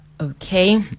Okay